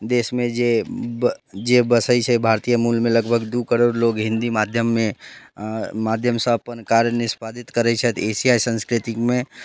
देशमे जे ब जे बसैत छै भारतीय मूलमे लगभग दू करोड़ लोग हिन्दी माध्यममे माध्यमसँ अपन कार्य निष्पादित करैत छथि एशियाइ संस्कृतिमे